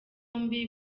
bombi